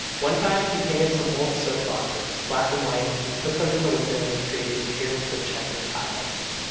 one time he painted some old soapboxes black and white, and put them in the window to create the appearance of checkered tiles.